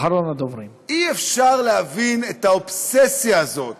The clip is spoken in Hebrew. אי-אפשר להבין את האובססיה הזאת